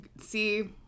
see